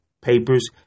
papers